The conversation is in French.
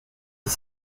dix